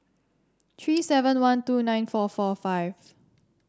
three seven one two nine four four five